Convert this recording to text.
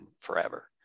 forever